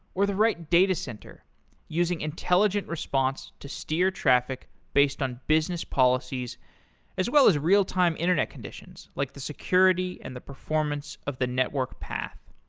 or the right datacenter using intelligent response to steer traffic based on business policies as well as real time internet conditions, like the security and the performance of the network path.